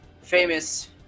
famous